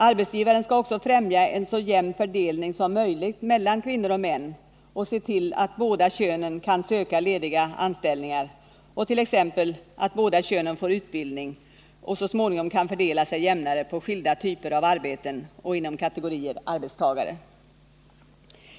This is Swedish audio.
Arbetsgivaren skall också främja en så jämn fördelning som möjligt mellan kvinnor och män — han skall se till att båda könen kan söka lediga anställningar och t.ex. att båda könen får utbildning och så småningom kan fördela sig jämnare på skilda typer av arbeten och inom olika kategorier arbetstagare.